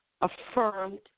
affirmed